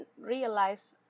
realize